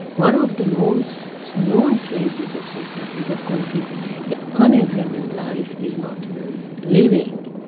one of the most known phrases of socrates of course is the unexamined life is not worth living.